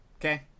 Okay